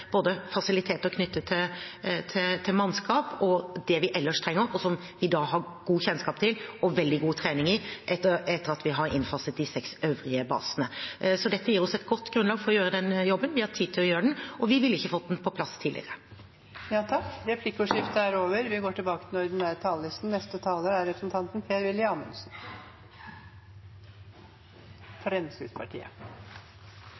både fasiliteter knyttet til mannskap og det vi ellers trenger, og som vi i dag har god kjennskap til og veldig god trening i, etter at vi har innfaset de seks øvrige basene. Dette gir oss et godt grunnlag for å gjøre denne jobben. Vi har tid til å gjøre den, og vi ville ikke fått den på plass tidligere. Replikkordskiftet er over.